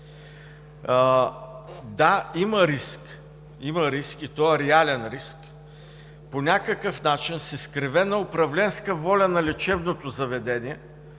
Да, има риск, и то реален риск по някакъв начин с изкривена управленска воля на лечебното заведение